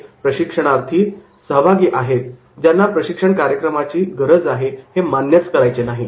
हे असे सहभागी आहेत ज्यांना प्रशिक्षण कार्यक्रमाची गरज आहे हे मान्यच करायचे नाही